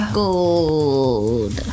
gold